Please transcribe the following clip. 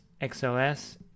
XLS